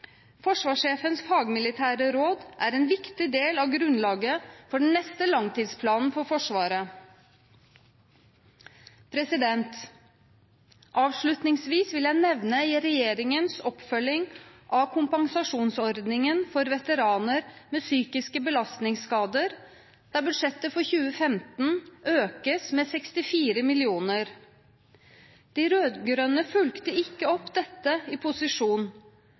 Forsvarssjefens fagmilitære råd er en viktig del av grunnlaget for den neste langtidsplanen for Forsvaret. Avslutningsvis vil jeg nevne regjeringens oppfølging av kompensasjonsordningen for veteraner med psykiske belastningsskader, der budsjettet for 2015 øker med 64 mill. kr. De rød-grønne fulgte ikke opp dette i posisjon,